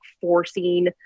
forcing